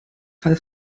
falle